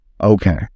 okay